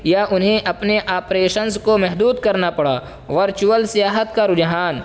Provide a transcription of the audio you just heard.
یا انہیں اپنے آپریشنز کو محدود کرنا پڑا ورچوئل سیاحت کا رجحان